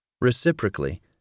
Reciprocally